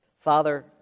Father